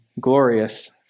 glorious